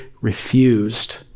refused